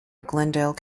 glendale